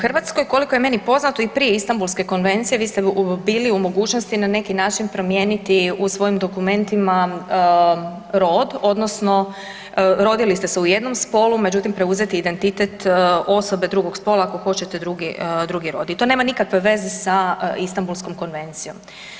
U Hrvatskoj koliko je meni poznato i prije Istambulske konvencije vi ste bili u mogućnosti na neki način promijeniti u svojem dokumentima rod odnosno rodili ste se u jednom spolu, međutim preuzeti identitet osobe drugog spola ako hoćete drugi rod i to nema nikakve veze sa Istambulskom konvencijom.